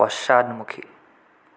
পশ্চাদমুখী